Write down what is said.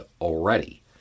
already